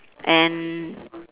and